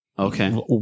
Okay